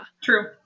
True